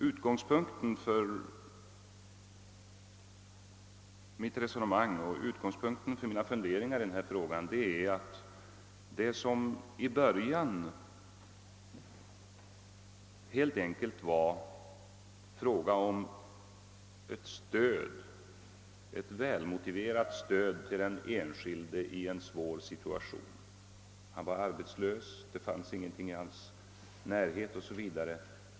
Utgångspunkten för mitt resonemang och mina funderingar i denna fråga har varit att vi här hade att göra med ett välmotiverat stöd åt den enskilde i en svår situation — när han var arbetslös och inte kunde få något nytt arbete nära hemorten.